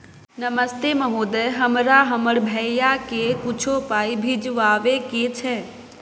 नमस्ते महोदय, हमरा हमर भैया के कुछो पाई भिजवावे के छै?